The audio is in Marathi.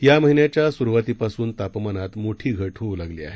या महिन्याच्या सुरवातीपासून तापमानात मोठी घट होऊ लागली आहे